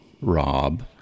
Rob